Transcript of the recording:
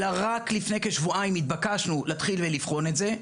אלא רק לפני כשבועיים התבקשנו להתחיל ולבחון את זה.